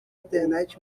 internet